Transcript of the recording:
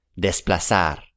desplazar